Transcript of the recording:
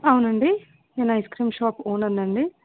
అవునండి నేను ice cream shop owner అండి